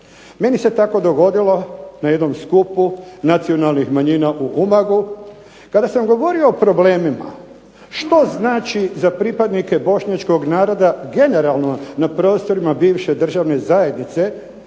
Meni se tako dogodilo na jednom skupu nacionalnih manjina u Umagu, kada sam govorio o problemima, što znači za pripadnike bošnjačkog naroda generalno na prostorima bivše državne zajednice,